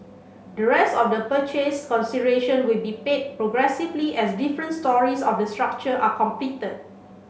the rest of the purchase consideration will be paid progressively as different storeys of the structure are completed